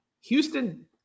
Houston